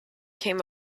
came